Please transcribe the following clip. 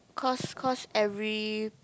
cause cause every